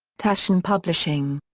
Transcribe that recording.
taschen publishing.